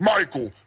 Michael